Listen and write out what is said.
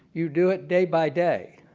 you do it day by day.